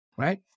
right